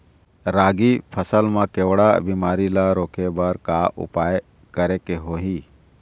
रागी फसल मा केवड़ा बीमारी ला रोके बर का उपाय करेक होही?